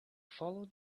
follow